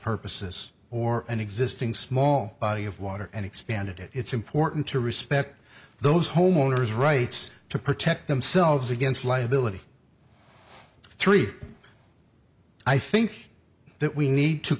purposes or an existing small body of water and expanded it it's important to respect those homeowners rights to protect themselves against liability three i think that we need to